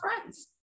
friends